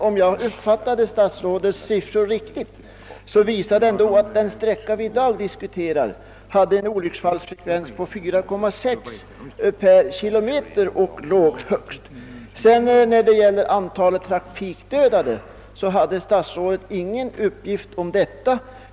Om jag uppfattade statsrådets siffror rätt, så visade de dock att den sträcka som vi i dag diskuterar har en olycksfallsfrekvens på 4,6 per kilometer och att det var den högsta procenten. Vad sedan beträffar antalet trafikdödade hade statsrådet inga siffror.